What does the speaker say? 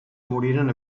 moriren